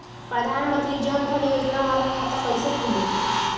प्रधान मंत्री जन धन योजना वाला खाता कईसे खुली?